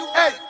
hey